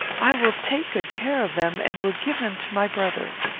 i will take good care of them, and will give them to my brother.